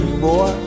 boy